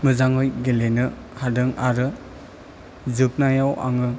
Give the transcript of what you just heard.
मोजाङै गेलेनो हादों आरो जोबनायाव आङो